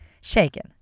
Shaken